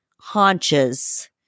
haunches